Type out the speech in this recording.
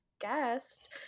guest